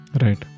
right